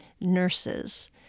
nurses